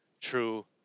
true